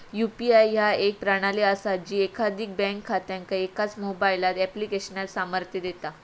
UPI ह्या एक प्रणाली असा जी एकाधिक बँक खात्यांका एकाच मोबाईल ऍप्लिकेशनात सामर्थ्य देता